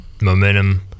momentum